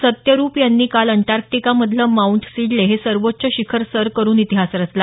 सत्यरुप यांनी काल अंटार्क्टिकामधलं माउंट सिडले हे सर्वोच्च शिखर सर करून इतिहास रचला